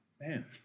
man